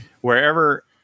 wherever